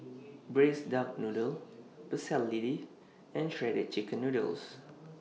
Braised Duck Noodle Pecel Lele and Shredded Chicken Noodles